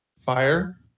Fire